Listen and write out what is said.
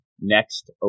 next